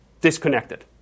disconnected